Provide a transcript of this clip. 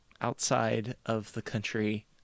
outside-of-the-country